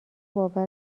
باور